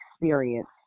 experience